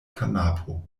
kanapo